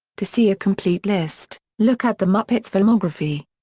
to see a complete list, look at the muppets filmography.